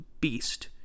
beast